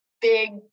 big